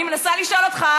אני מנסה לשאול אותך,